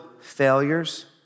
failures